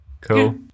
Cool